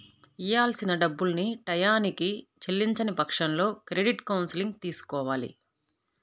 ఇయ్యాల్సిన డబ్బుల్ని టైయ్యానికి చెల్లించని పక్షంలో క్రెడిట్ కౌన్సిలింగ్ తీసుకోవాలి